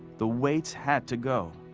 the weights had to go.